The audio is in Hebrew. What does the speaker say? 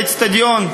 באיצטדיון,